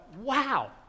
wow